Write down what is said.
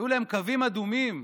היו להם קווים אדומים,